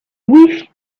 wish